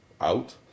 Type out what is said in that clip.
out